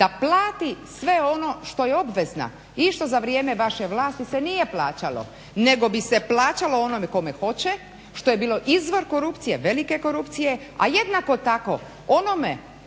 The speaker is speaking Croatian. da plati sve ono što je obvezna i što se za vrijeme vaše vlasti se nije plaćalo, nego bi se plaćalo onome kome hoće što je bilo izvor korupcije, velike korupcije. A jednako tako onome